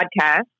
podcast